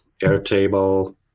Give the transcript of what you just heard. Airtable